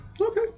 Okay